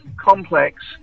complex